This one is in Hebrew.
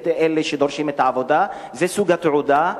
את אלה שדורשים את העבודה זה סוג התעודה,